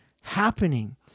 happening